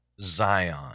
Zion